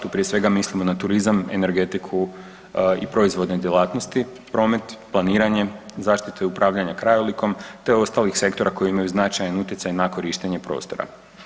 Tu prije svega mislimo na turizam, energetiku i proizvodne djelatnosti, promet, planiranje, zaštita i upravljanje krajolikom te ostalih sektora koji imaju značajan utjecaj na korištenje prostora.